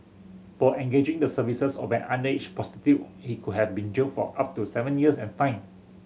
for engaging the services of an underage prostitute he could have been jailed for up to seven years and fined